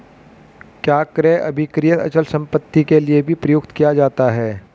क्या क्रय अभिक्रय अचल संपत्ति के लिये भी प्रयुक्त किया जाता है?